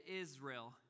Israel